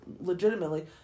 legitimately